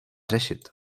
řešit